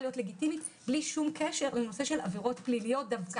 להיות לגיטימית בלי שום קשר לעבירות פליליות דווקא.